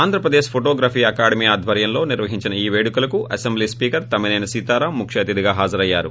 Andhra Pradesh photography academy ఆధ్వర్యంలో నిర్వహించిన ఈ పేడుకలకు అసెంబ్లీ స్పీకర్ తమ్మినేని సీతారాం ముఖ్యఅతిథిగా హాజరయ్యారు